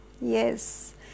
yes